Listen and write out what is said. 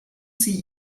sie